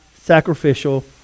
sacrificial